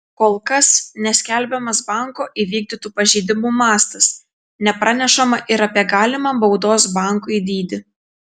kol kas neskelbiamas banko įvykdytų pažeidimų mastas nepranešama ir apie galimą baudos bankui dydį